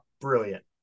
Brilliant